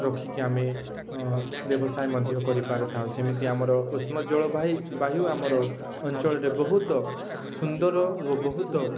ରଖିକି ଆମେ ବ୍ୟବସାୟ ମଧ୍ୟ କରିପାରିଥାଉ ସେମିତି ଆମର ଉଷ୍ମ ଜଳ ବାୟୁ ଆମର ଅଞ୍ଚଳରେ ବହୁତ ସୁନ୍ଦର ଓ ବହୁତ